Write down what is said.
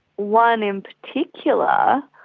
one in particular,